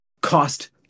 cost